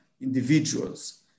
individuals